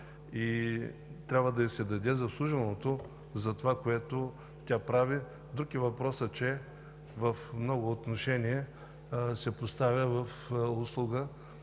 и трябва да ѝ се отдаде заслуженото за това, което тя прави. Друг е въпросът, че в много отношения се поставя в услуга